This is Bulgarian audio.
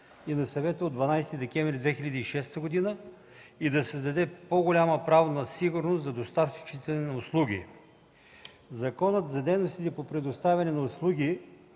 и на Съвета от 12 декември 2006 г. и да създаде по-голяма правна сигурност за доставчиците на услуги. Законът за дейностите по предоставяне на услуги